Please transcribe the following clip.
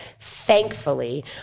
thankfully